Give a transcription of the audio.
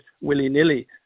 willy-nilly